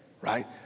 right